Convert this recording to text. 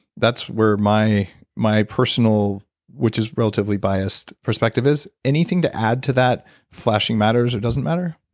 that's where my my personal which is relatively biased perspective is. anything to add to that flashing matters or it doesn't matter?